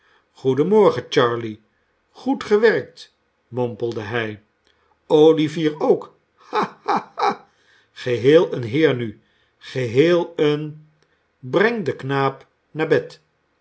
goedenmorgen charley goed gewerkt mompelde hij o ivier ook ha ha ha geheel een heer nu geheel een breng den knaap naar bed